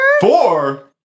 Four